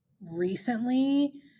recently